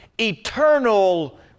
eternal